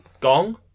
Gong